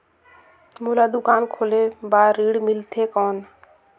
मोला दुकान खोले बार ऋण मिलथे कौन?